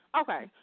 Okay